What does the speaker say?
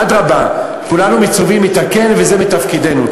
אדרבה, כולנו מצווים לתקן וזה מתפקידנו.